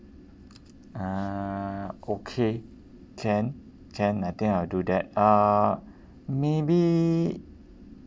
uh okay can can I think I'll do that uh maybe